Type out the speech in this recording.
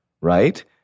right